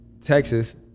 texas